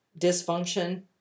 dysfunction